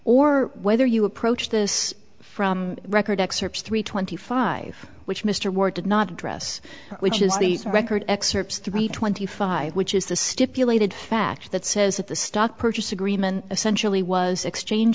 or whether you approach this from record excerpts three twenty five which mr ward did not address which is the record excerpts three twenty five which is the stipulated fact that says that the stock purchase agreement essentially was exchange